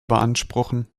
beanspruchen